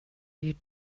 you